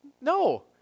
No